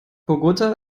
bogotá